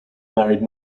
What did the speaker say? married